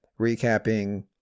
recapping